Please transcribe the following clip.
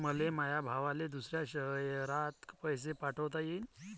मले माया भावाले दुसऱ्या शयरात पैसे कसे पाठवता येईन?